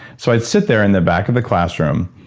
so i'd sit there in the back of the classroom,